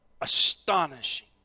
Astonishing